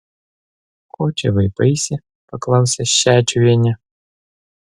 ko čia vaipaisi paklausė šedžiuvienė